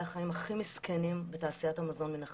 החיים הכי מסכנים בתעשיית המזון מן החי.